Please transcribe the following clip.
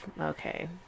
Okay